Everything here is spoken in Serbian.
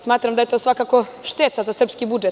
Smatram da je to svakako šteta za srpski budžet.